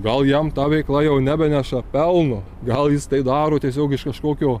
gal jam ta veikla jau nebeneša pelno gal jis tai daro tiesiog iš kažkokio